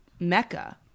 mecca